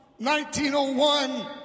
1901